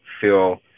feel